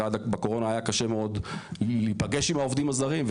בקורונה היה קשה מאוד להיפגש עם העובדים הזרים.